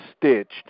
stitched